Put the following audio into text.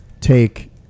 take